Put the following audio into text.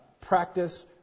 practice